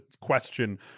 question